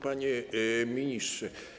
Panie Ministrze!